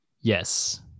yes